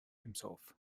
himself